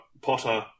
Potter